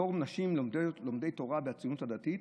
"פורום נשות לומדי תורה והציונות הדתית